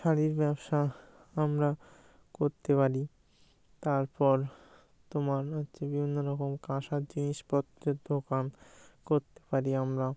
শাড়ির ব্যবসা আমরা করতে পারি তারপর তোমার হচ্ছে বিভিন্ন রকম কাঁসার জিনিসপত্রের দোকান করতে পারি আমরা